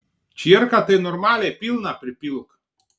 čierką tai normaliai pilną pripilk